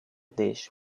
dish